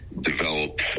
develop